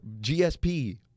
GSP